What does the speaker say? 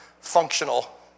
functional